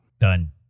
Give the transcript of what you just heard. Done